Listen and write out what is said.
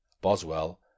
Boswell